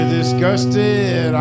disgusted